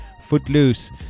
Footloose